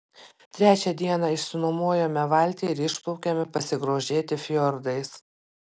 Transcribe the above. trečią dieną išsinuomojome valtį ir išplaukėme pasigrožėti fjordais